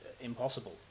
impossible